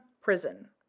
Prison